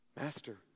Master